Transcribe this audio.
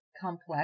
complex